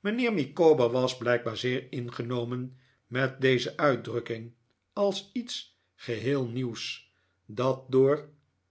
mijnheer micawber was blijkbaar zeer ingenomen met deze uitdrukking als iets geheel nieuws dat door